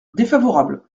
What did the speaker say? défavorable